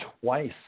twice